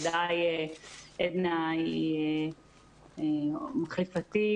עדנה הראל היא --- אני לא מכירה